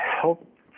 help